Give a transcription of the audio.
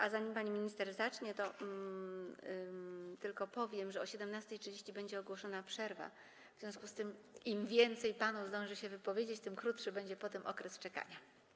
Ale zanim pan minister zacznie, to tylko powiem, że o godz. 17.30 zostanie ogłoszona przerwa, w związku z czym im więcej panów zdąży się wypowiedzieć, tym krótszy będzie potem okres czekania.